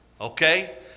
Okay